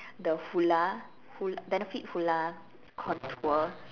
the Hoola Hoo~ benefit Hoola contour